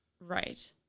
Right